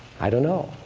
i don't know,